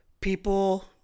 people